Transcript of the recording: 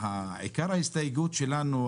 עיקר ההסתייגות שלנו,